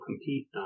compete